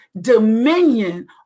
dominion